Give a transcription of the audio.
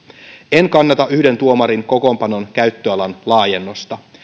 en kannata yhden tuomarin kokoonpanon käyttöalan laajennusta